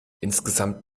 insgesamt